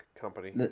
company